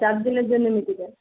চারদিনের জন্যে নিতে চাই